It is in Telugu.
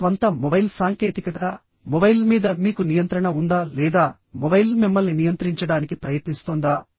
మీ స్వంత మొబైల్ సాంకేతికతమొబైల్ మీద మీకు నియంత్రణ ఉందా లేదా మొబైల్ మిమ్మల్ని నియంత్రించడానికి ప్రయత్నిస్తోందా